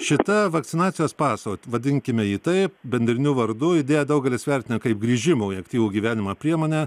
šitą vakcinacijos paso vadinkime jį taip bendriniu vardu idėją daugelis vertina kaip grįžimo į aktyvų gyvenimą priemonę